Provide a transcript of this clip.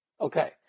Okay